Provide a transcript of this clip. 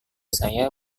saya